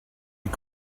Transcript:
est